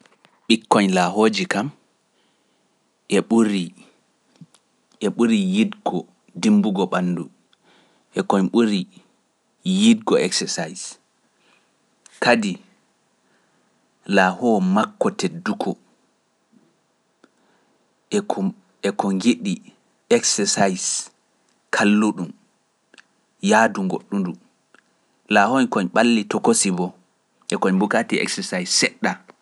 Ɓikkoñ laahooji kam e ɓuri yidgo dimbugo ɓandu e koñ ɓuri yidgo exercise. Kadi laahoo makko tedduko e ko njiɗi exercise kalluɗum yaadu goɗɗu ndu laahoyn koñ ɓalli tokosi bo e koñ bukati exercise seɗɗa.